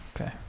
okay